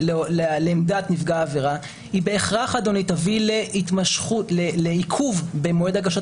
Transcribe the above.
לעמדת נפגע העבירה היא בהכרח תביא לעיכוב במועד הגשת